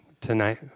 tonight